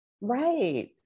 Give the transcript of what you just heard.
Right